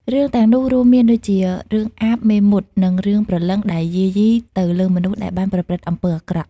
រឿងទាំងនោះរួមមានដូចជា រឿង អាប មេមត់ និងរឿងព្រលឹងដែលយាយីទៅលើមនុស្សដែលបានប្រព្រឹត្តអំពើអាក្រក់។